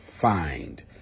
find